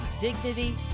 dignity